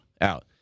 out